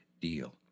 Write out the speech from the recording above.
deal